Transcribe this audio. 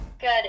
good